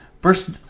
First